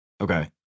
Okay